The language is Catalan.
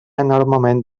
enormement